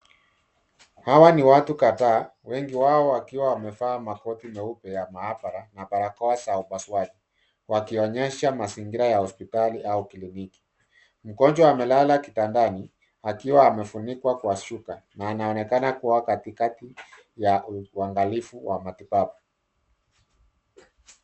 Hawa ni watu kadhaa wengi wao wakiwa wamevaa makoti meupe ya maabara na barakoa za upasuaji wakionyesha mazingira ya hospitali au kliniki. Mgonjwa amelala kitandani akiwa amefunikwa kwa shuka na anaonekana kuwa katikati ya uangalifu wa matibabu.